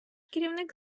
керівник